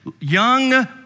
young